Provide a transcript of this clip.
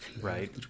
right